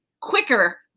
quicker